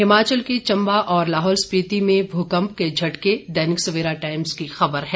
हिमाचल के चम्बा और लाहौल स्पिति में भूकंप के झटके दैनिक सवेरा टाइम्स की खबर है